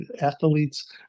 athletes